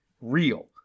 real